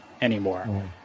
anymore